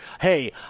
Hey